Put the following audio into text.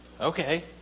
Okay